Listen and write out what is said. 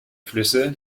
flüsse